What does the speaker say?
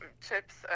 Chips